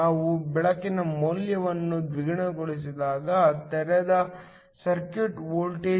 ಮತ್ತು ನಾವು ಬೆಳಕಿನ ಮೌಲ್ಯವನ್ನು ದ್ವಿಗುಣಗೊಳಿಸಿದಾಗ ತೆರೆದ ಸರ್ಕ್ಯೂಟ್ ವೋಲ್ಟೇಜ್